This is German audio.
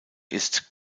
ist